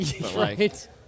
Right